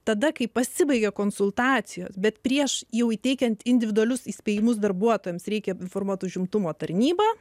tada kai pasibaigia konsultacijos bet prieš jau įteikiant individualius įspėjimus darbuotojams reikia informuoti užimtumo tarnybą